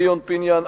ציון פיניאן,